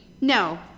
No